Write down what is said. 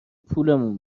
پولمون